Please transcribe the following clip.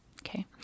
Okay